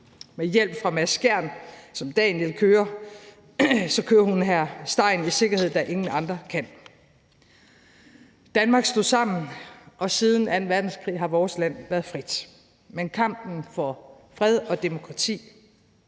Med hjælp fra Mads Skjerns søn Daniel kører hun hr. Stein i sikkerhed, da ingen andre kan. Danmark stod sammen, og siden anden verdenskrig har vores land været frit. Men kampen for fred og demokrati